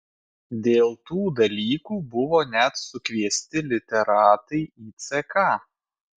dėl tų dalykų buvo net sukviesti literatai į ck